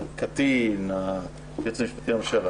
הקטין, היועץ המשפטי לממשלה